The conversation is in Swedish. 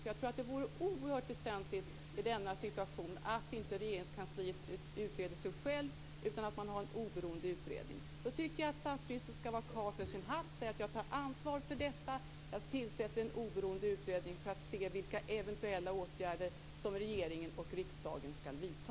Jag tror att det skulle vara oerhört väsentligt i denna situation att Regeringskansliet inte utreder sig självt, utan att man har en oberoende utredning. Då tycker jag att statsministern ska vara karl för sin hatt och säga: Jag tar ansvar för detta och tillsätter en oberoende utredning för att se vilka eventuella åtgärder som regeringen och riksdagen ska vidta.